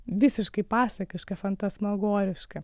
visiškai pasakiška fantasmagoriška